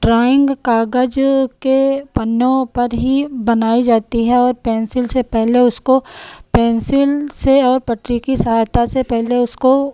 drawing कागज के पन्नों पर ही बनाई जाती है और पेन्सिल से पहले उसको पेन्सिल से और पटरी की सहायता से पहले उसको